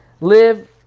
live